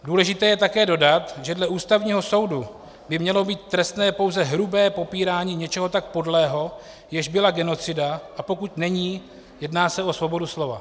Důležité je také dodat, že dle Ústavního soudu by mělo být trestné pouze hrubé popírání něčeho tak podlého, jež byla genocida, a pokud není, jedná se o svobodu slova.